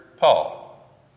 Paul